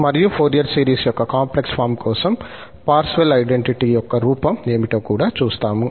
మరియు Fourier series యొక్క complex form కోసం పార్సెవల్ ఐడెంటిటీ యొక్క రూపం ఏమిటో కూడా చూస్తాము